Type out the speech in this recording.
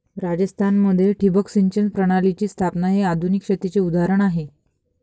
राजस्थान मध्ये ठिबक सिंचन प्रणालीची स्थापना हे आधुनिक शेतीचे उदाहरण आहे